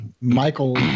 Michael